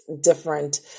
different